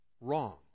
Wrong